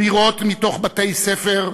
לירות מתוך בתי-ספר,